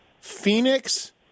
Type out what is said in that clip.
Phoenix